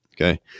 Okay